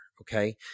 okay